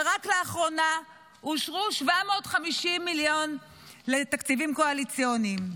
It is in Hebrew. ורק לאחרונה אושרו 750 מיליון לתקציבים קואליציוניים.